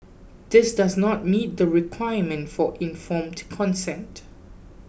this does not meet the requirement for informed consent